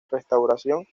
restauración